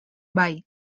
bai